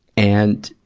and,